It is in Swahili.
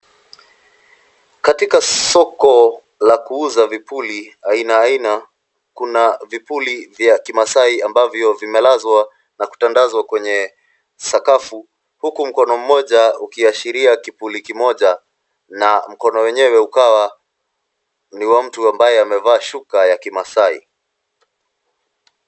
Katika soko la kuuza vipuli aina aina kuna vipuli vya kiMaasai ambavyo vimelazwa na kutandazwa kwenye sakafu huku mkono mmoja ukiashiria kipuli kimoja na mkono wenyewe ukawa ni wa mtu ambaye amevaa shuka ya kiMaasai.